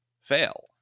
fail